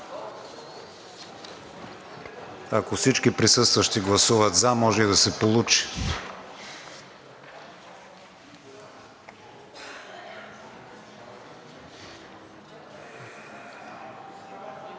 Ако всички присъстващи гласуват „за“, може и да се получи.